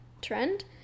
trend